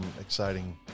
exciting